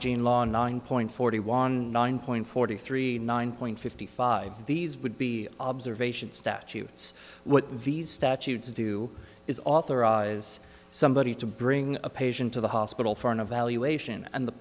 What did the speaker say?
e law nine point forty one nine point forty three nine point fifty five these would be observations statutes these statutes do is authorize somebody to bring a patient to the hospital for an evaluation and the